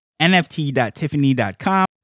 nft.tiffany.com